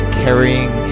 carrying